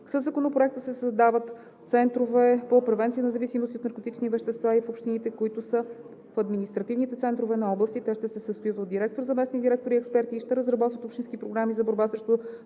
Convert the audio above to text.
Със Законопроекта се създават центрове по превенция на зависимости от наркотични вещества в общините, които са административни центрове на области. Те ще се състоят от директор, заместник-директор и експерти и ще разработват общински програми за борба срещу